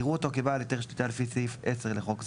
יראו אותו כבעל היתר שליטה לפי סעיף 10 לחוק זה,